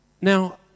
now